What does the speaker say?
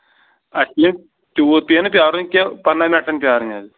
اَسہِ پیٚیہِ تیٛوٗت پیٚیہِ نہٕ پرٛارُن کیٚنٛہہ پنٛداہ مِٹن پیٚیہِ پرٛارٕنۍ حظ